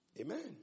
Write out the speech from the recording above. Amen